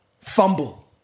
Fumble